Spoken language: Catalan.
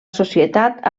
societat